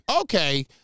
Okay